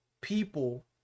people